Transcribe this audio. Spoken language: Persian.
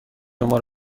شما